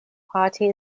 party